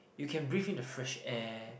you can breath in the fresh air